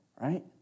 right